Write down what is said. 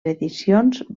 edicions